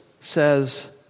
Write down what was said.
says